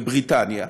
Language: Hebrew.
בבריטניה,